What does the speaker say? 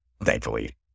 thankfully